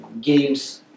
games